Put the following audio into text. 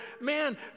man